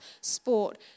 sport